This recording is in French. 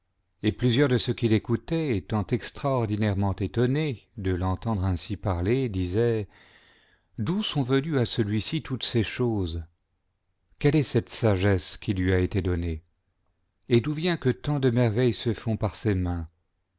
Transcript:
et plusieurs de ceux qui lecoutaient étant extraorcunairement étonnés de lentendre ainsi parler disaient d'où sont avenues à celui-ci toutes ces choses quelle est celte sagesse qui lui a été donnée et d'au vient que tant de merveilles se font par ses mains